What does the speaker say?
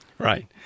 Right